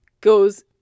goes